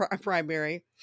primary